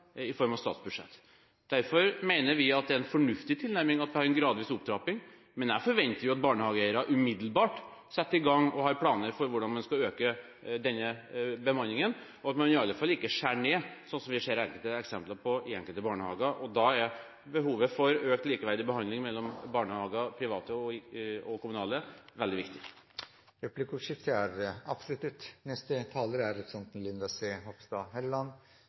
i form av statsbudsjettet. Derfor mener vi at det er en fornuftig tilnærming å ha en gradvis opptrapping, men jeg forventer jo at barnehageeiere umiddelbart setter i gang med planer for hvordan de skal øke bemanningen, og at de i hvert fall ikke skjærer ned, sånn som vi ser eksempler på i enkelte barnehager. Da er behovet for økt likeverdig behandling mellom barnehager – private og kommunale – veldig viktig. Replikkordskiftet er avsluttet.